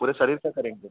पूरे शरीर का करेंगे